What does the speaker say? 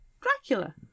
Dracula